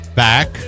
back